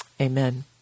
Amen